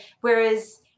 whereas